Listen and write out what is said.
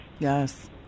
Yes